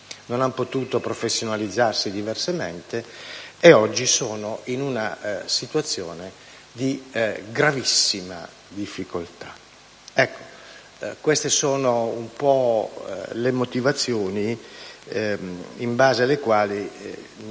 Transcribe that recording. non hanno potuto professionalizzarsi diversamente e oggi sono in una situazione di gravissima difficoltà. Queste sono le motivazioni in base alle quali